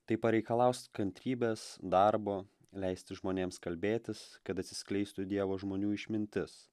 tai pareikalaus kantrybės darbo leisti žmonėms kalbėtis kad atsiskleistų dievo žmonių išmintis